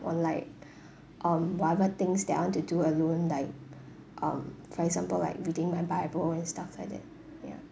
on like on whatever things that I want to do alone like um for example like reading my bible and stuff like that ya